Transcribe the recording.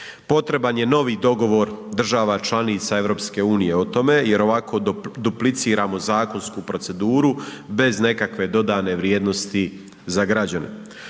Potreban je novi dogovor država članica EU-a o tome jer ovako dupliciramo zakonsku proceduru bez nekakve dodane vrijednosti za građane.